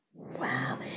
Wow